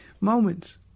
moments